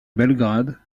belgrade